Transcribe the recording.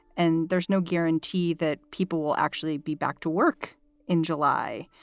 and there's no guarantee that people will actually be back to work in july.